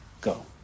go